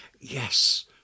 yes